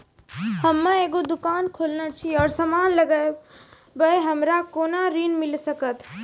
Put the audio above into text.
हम्मे एगो दुकान खोलने छी और समान लगैबै हमरा कोना के ऋण मिल सकत?